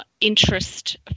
interest